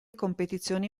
competizioni